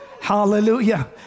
Hallelujah